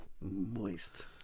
Moist